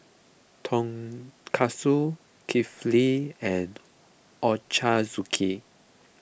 Tonkatsu Kulfi and Ochazuke